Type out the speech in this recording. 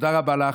תודה רבה לך,